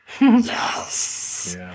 yes